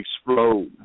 explode